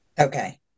okay